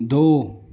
दो